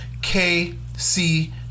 KC